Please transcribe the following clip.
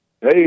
Hey